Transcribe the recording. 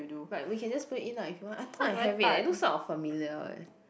but we just put it in lah if you want I thought I have it eh looks sort of familiar eh